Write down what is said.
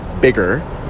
bigger